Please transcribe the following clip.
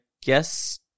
guess